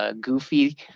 Goofy